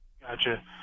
Gotcha